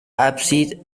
ábside